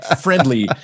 friendly